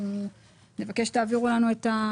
אנחנו נבקש שתעבירו לנו את,